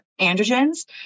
androgens